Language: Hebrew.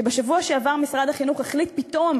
ובשבוע שעבר משרד החינוך החליט פתאום